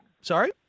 Sorry